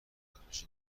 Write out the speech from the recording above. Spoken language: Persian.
تکنولوژی